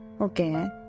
Okay